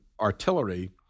artillery